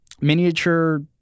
miniature